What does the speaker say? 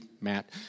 matt